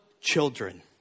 children